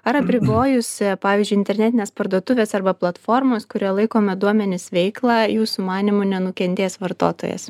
ar apribojus pavyzdžiui internetinės parduotuvės arba platformos kurioje laikomi duomenys veiklą jūsų manymu nenukentės vartotojas